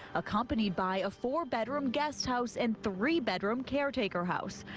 accompanied by a four bedroom guest house and three bedroom caretaker house.